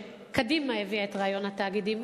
שקדימה הביאה את רעיון התאגידים,